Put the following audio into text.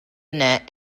net